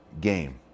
game